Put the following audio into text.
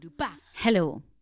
hello